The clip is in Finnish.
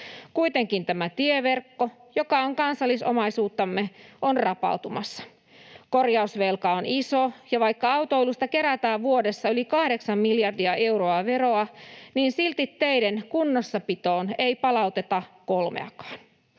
Kuitenkin tämä tieverkko, joka on kansallisomaisuuttamme, on rapautumassa. Korjausvelka on iso, ja vaikka autoilusta kerätään vuodessa yli 8 miljardia euroa veroa, niin silti teiden kunnossapitoon ei palauteta edes 3:a.